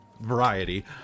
variety